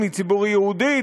מציבור יהודי,